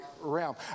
realm